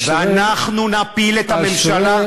ואנחנו נפיל את הממשלה.